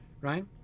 Right